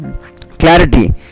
clarity